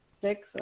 six